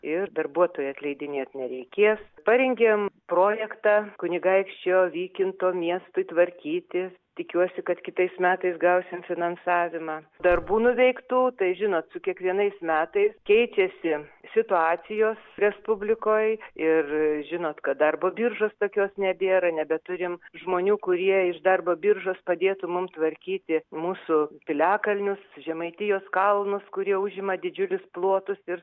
ir darbuotojų atleidinėt nereikės parengėm projektą kunigaikščio vykinto miestui tvarkyti tikiuosi kad kitais metais gausim finansavimą darbų nuveiktų tai žinot su kiekvienais metai keičiasi situacijos respublikoj ir žinot kad darbo biržos tokios nebėra nebeturim žmonių kurie iš darbo biržos padėtų mum tvarkyti mūsų piliakalnius žemaitijos kalnus kurie užima didžiulius plotus ir